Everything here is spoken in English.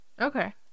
okay